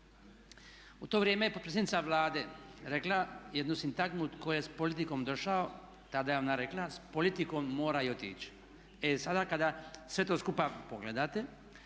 U to vrijeme je potpredsjednica Vlade rekla jednu sintagmu tko je s politikom došao, tada je ona rekla, s politikom mora i otići. E sada kada sve to skupa pogledate,